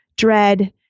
Dread